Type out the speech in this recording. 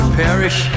perish